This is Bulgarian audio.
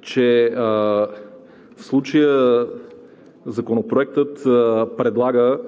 че в случая Законопроектът предлага